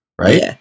Right